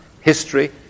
history